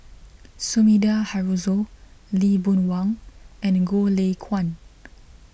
Sumida Haruzo Lee Boon Wang and Goh Lay Kuan